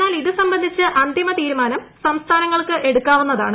എന്നാൽ ഇത് സംബന്ധിച്ച് അന്തിമ തീരുമാനം സംസ്ഥാനങ്ങൾക്ക് എടുക്കാവുന്നതാണ്